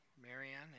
Marianne